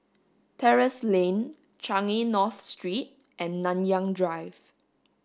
Terrasse Lane Changi North Street and Nanyang Drive